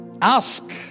Ask